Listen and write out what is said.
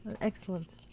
excellent